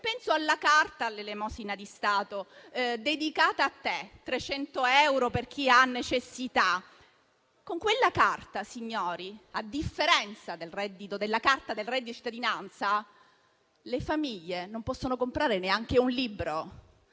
a Te, che è un'elemosina di Stato: 300 euro per chi ha necessità. Con quella carta, signori, a differenza del reddito di cittadinanza, le famiglie non possono comprare neanche un libro.